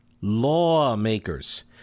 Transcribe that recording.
Lawmakers